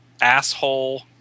asshole